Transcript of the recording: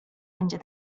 będzie